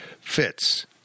fits